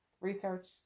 Research